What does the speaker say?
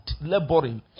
laboring